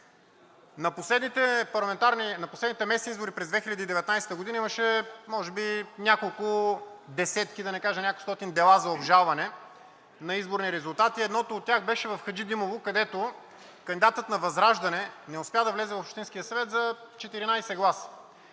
На последните местни избори през 2019 г. имаше може би няколко десетки, да не кажа няколкостотин дела за обжалване на изборни резултати. Едното от тях беше в Хаджидимово, където кандидатът на ВЪЗРАЖДАНЕ не успя да влезе в Общинския съвет за 14 гласа.